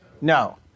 no